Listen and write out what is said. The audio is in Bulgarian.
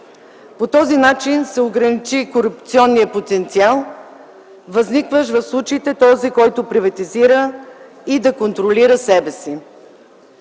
По този начин се ограничи корупционния потенциал, възникващ в случаите, когато този, който приватизира, да контролира себе си.